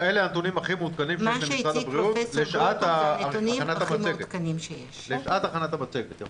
אלו הנתונים הכי מעודכנים שיש למשרד הבריאות לשעת הכנת המצגת.